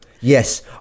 yes